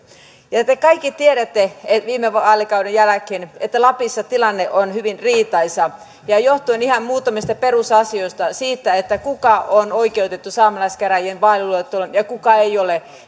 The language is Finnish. te te kaikki tiedätte viime vaalikauden jälkeen että lapissa tilanne on hyvin riitaisa johtuen ihan muutamista perusasioista siitä kuka on oikeutettu saamelaiskäräjien vaaliluetteloon ja kuka ei ole